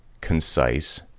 concise